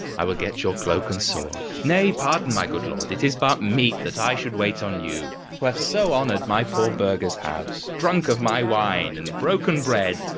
i will get your cloak and sword. nay, pardon, my good lord, it is but meet that i should wait on you who have so honoured my poor burgher's house, drunk of my wine, and broken bread,